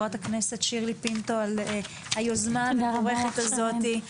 תודה רבה לחברת הכנסת שירלי פינטו על היוזמה המבורכת הזאת,